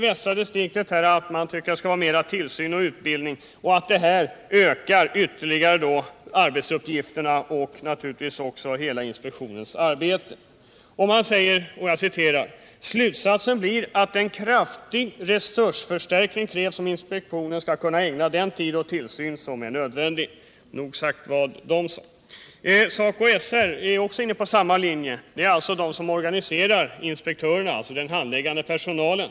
Västra distriktet skriver att det anser att det skall vara mera tillsyn och utbildning och att detta ökar arbetsuppgifterna och naturligtvis också inspektionens hela arbetsvolym. Man skriver: ”Slutsatsen blir att en kraftig resursförstärkning krävs om inspektionen skall kunna ägna den tid åt tillsyn som är nödvändig.” SACO/SR är inne på samma linje. Det gäller alltså de som organiserar, dvs. inspektörerna, den handläggande personalen.